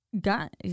got